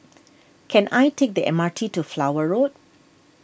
can I take the M R T to Flower Road